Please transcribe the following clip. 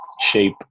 shape